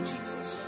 Jesus